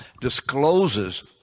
discloses